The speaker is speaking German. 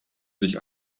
sich